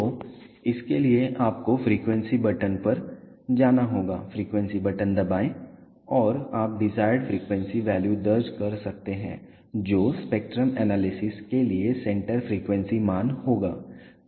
तो इसके लिए आपको फ़्रीक्वेंसी बटन पर जाना होगा फ़्रीक्वेंसी बटन दबाएं और आप डिजायर्ड फ़्रीक्वेंसी वैल्यू दर्ज कर सकते हैं जो स्पेक्ट्रम एनालिसिस के लिए सेंटर फ़्रीक्वेंसी मान होगा